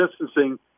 distancing